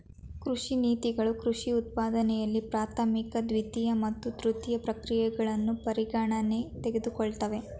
ಕೃಷಿ ನೀತಿಗಳು ಕೃಷಿ ಉತ್ಪಾದನೆಯಲ್ಲಿ ಪ್ರಾಥಮಿಕ ದ್ವಿತೀಯ ಮತ್ತು ತೃತೀಯ ಪ್ರಕ್ರಿಯೆಗಳನ್ನು ಪರಿಗಣನೆಗೆ ತೆಗೆದುಕೊಳ್ತವೆ